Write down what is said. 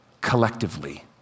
collectively